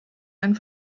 einen